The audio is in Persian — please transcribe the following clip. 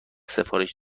سفارش